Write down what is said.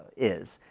is.